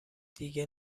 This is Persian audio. دیگه